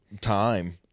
time